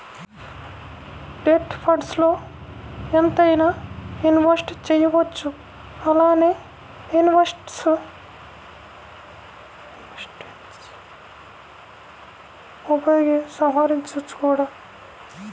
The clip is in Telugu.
డెట్ ఫండ్స్ల్లో ఎంతైనా ఇన్వెస్ట్ చేయవచ్చు అలానే ఇన్వెస్ట్మెంట్స్ను ఉపసంహరించుకోవచ్చు కూడా